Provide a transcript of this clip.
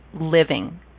living